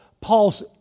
Paul's